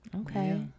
Okay